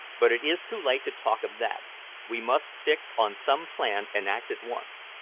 but it is too late to talk of that we must fix on some plan, and act at once.